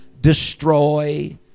destroy